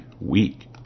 week